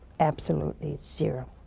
absolutely zero.